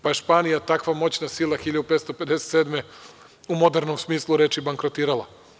Pa je Španija tako moćna sila 1557. godine u modernom smislu reči bankrotirala.